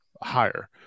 higher